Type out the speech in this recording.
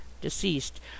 deceased